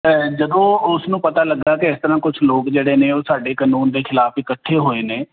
ਜਦੋਂ ਉਸ ਨੂੰ ਪਤਾ ਲੱਗਾ ਕਿ ਇਸ ਤਰ੍ਹਾਂ ਕੁਝ ਲੋਕ ਜਿਹੜੇ ਨੇ ਉਹ ਸਾਡੇ ਕਾਨੂੰਨ ਦੇ ਖਿਲਾਫ਼ ਇਕੱਠੇ ਹੋਏ ਨੇ